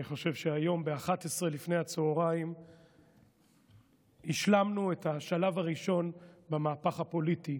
אני חושב שהיום ב-11:00 השלמנו את השלב הראשון במהפך הפוליטי